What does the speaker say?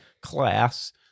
class